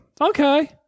Okay